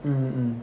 mm